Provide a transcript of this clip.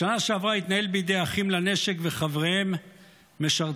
בשנה שעברה התנהל בידי אחים לנשק וחבריהם משרתי